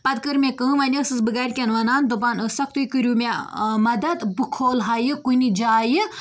پَتہٕ کٔر مےٚ کٲم وۅنۍ ٲسٕس بہٕ گَرِکٮ۪ن وَنان دَپان ٲسَکھ تُہۍ کٔرِو مےٚ مَدتھ بہٕ کھولہٕ ہا یہِ کُنہِ جایہِ